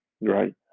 right